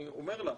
אני אומר לך,